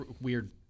weird